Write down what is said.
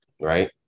right